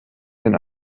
den